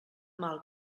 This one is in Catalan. mal